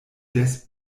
des